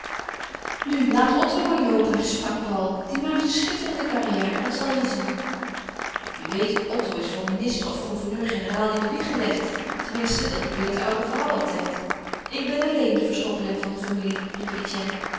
nu laat otto maar loopen sprak paul die maakt een schitterende carrière dat zal je zien je weet otto is voor minister of gouverneur-generaal in de wieg gelegd ten minste dat beweert de oude vrouw altijd ik ben alleen de verschoppeling van de familie